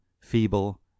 feeble